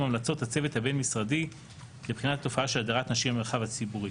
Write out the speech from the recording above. המלצות הצוות הבין-משרדי לבחינת התופעה של הדרת נשים מהמרחב הציבורי.